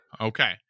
okay